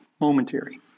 momentary